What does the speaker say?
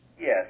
Yes